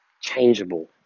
changeable